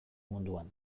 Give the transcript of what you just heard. munduan